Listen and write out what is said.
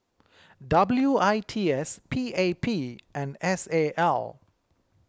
W I T S P A P and S A L